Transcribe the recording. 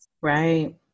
Right